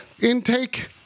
intake